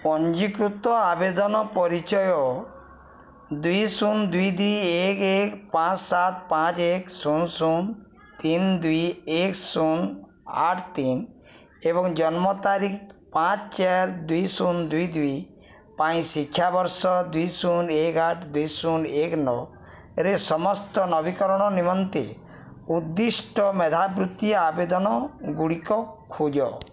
ପଞ୍ଜୀକୃତ ଆବେଦନ ପରିଚୟ ଦୁଇ ଶୁନ ଦୁଇ ଦୁଇ ଏକ ଏକ ପାଞ୍ଚ ସାତ ପାଞ୍ଚ ଏକ ଶୁନ ଶୁନ ତିନି ଦୁଇ ଏକ ଶୁନ ଆଠ ତିନି ଏବଂ ଜନ୍ମ ତାରିଖ ପାଞ୍ଚ ଚାର ଦୁଇ ଶୁନ ଦୁଇ ଦୁଇ ପାଇଁ ଶିକ୍ଷାବର୍ଷ ଦୁଇ ଶୁନ ଏକ ଆଠ ଦୁଇ ଶୁନ ଏକ ନଅରେ ସମସ୍ତ ନବୀକରଣ ନିମନ୍ତେ ଉଦ୍ଦିଷ୍ଟ ମେଧାବୃତ୍ତି ଆବେଦନଗୁଡ଼ିକ ଖୋଜ